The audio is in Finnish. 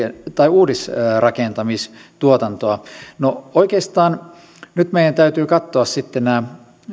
uudisrakentamistuotantoa no oikeastaan nyt meidän täytyy katsoa sitten nämä